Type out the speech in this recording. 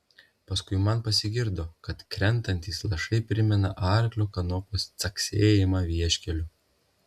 paskui man pasigirdo kad krentantys lašai primena arklio kanopų caksėjimą vieškeliu